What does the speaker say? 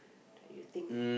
you think